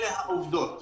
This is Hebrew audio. אלה העובדות.